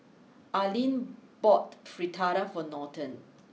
Arline bought Fritada for Norton